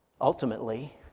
ultimately